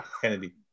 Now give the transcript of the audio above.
Kennedy